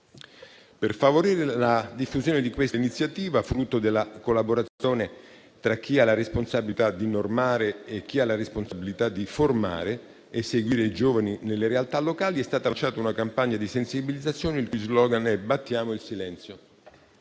Per favorire la diffusione di questa iniziativa, frutto della collaborazione tra chi ha la responsabilità di normare e chi ha la responsabilità di formare e seguire i giovani nelle realtà locali, è stata lanciata una campagna di sensibilizzazione, il cui *slogan* è «Battiamo il silenzio».